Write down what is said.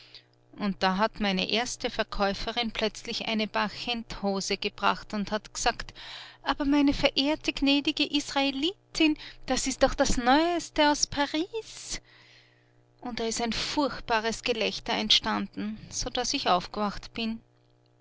und da hat meine erste verkäuferin plötzlich eine barchenthose gebracht und hat gesagt aber meine verehrte gnädige israelitin das ist doch das neueste aus paris und da ist ein furchtbares gelächter entstanden so daß ich aufgewacht bin